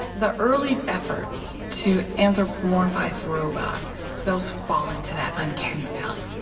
the early efforts to anthropomorphize robots, those fall into that uncanny valley.